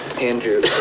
Andrew